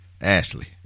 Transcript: Ashley